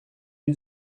new